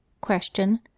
Question